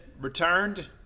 Returned